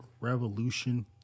revolution